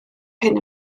hyn